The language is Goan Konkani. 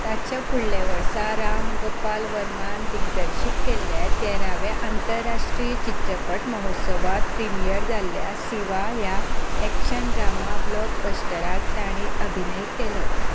ताचे फुडल्या वर्सा रामगोपाल वर्मान दिग्दर्शीत केल्ल्या तेराव्या आंतरराश्ट्रीय चित्रपट महोत्सवांत प्रिमियर जाल्ल्या सिवा ह्या एक्शन ड्रामा ब्लॉकबस्टरांत ताणें अभिनय केलो